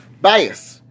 Bias